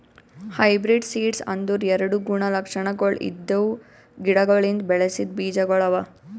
hybrid seeds ಅಂದುರ್ ಎರಡು ಗುಣ ಲಕ್ಷಣಗೊಳ್ ಇದ್ದಿವು ಗಿಡಗೊಳಿಂದ್ ಬೆಳಸಿದ್ ಬೀಜಗೊಳ್ ಅವಾ